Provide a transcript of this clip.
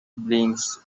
brings